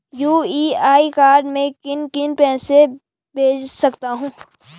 UPI से मैं किन किन को पैसे भेज सकता हूँ?